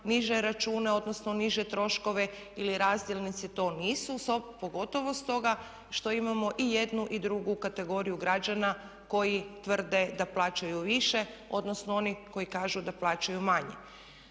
niže račune, odnosno niže troškove ili razdjelnici to nisu pogotovo stoga što imamo i jednu i drugu kategoriju građana koji tvrde da plaćaju više, odnosno oni koji kažu da plaćaju manje.